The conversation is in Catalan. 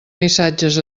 missatges